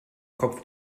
kopf